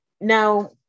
Now